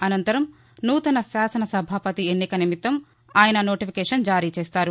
అనంతరం నూతన శాసనసభాపతి ఎన్నిక నిమిత్తం ఆయన నోటిఫికేషన్ జారీ చేస్తారు